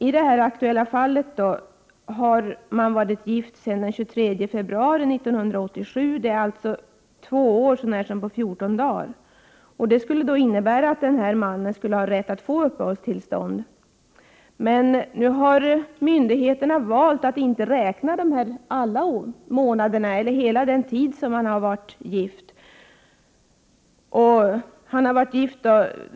I det här aktuella fallet har paret varit gift sedan den 23 februari 1987, alltså 2 år så när som på 14 dagar. Det skulle innebära att vederbörande skulle ha rätt att få uppehållstillstånd. Nu har myndigheterna valt att inte räkna hela den tid som vederbörande har varit gift.